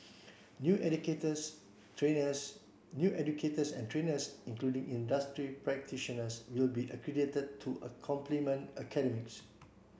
new educators trainers new educators and trainers including industry practitioners will be accredited to a complement academics